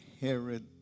Herod